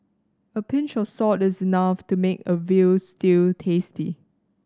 a pinch of salt is enough to make a veal stew tasty